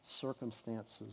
circumstances